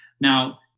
Now